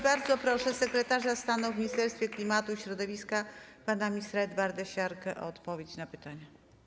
Bardzo proszę sekretarza stanu w Ministerstwie Klimatu i Środowiska pana ministra Edwarda Siarkę o odpowiedź na pytania.